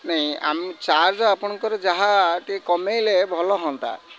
ନାହିଁ ଆମ ଚାର୍ଜ ଆପଣଙ୍କର ଯାହା ଟିକେ କମାଇଲେ ଭଲ ହୁଅନ୍ତା